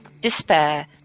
despair